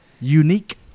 Unique